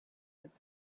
would